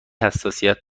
حساسیت